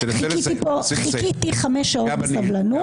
חיכיתי חמש שעות בסבלנות.